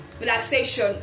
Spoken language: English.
relaxation